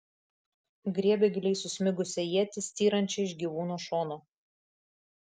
griebė giliai susmigusią ietį styrančią iš gyvūno šono